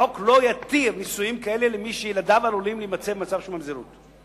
החוק לא יתיר נישואים כאלה למי שילדיו עלולים להימצא במצב של ממזרות.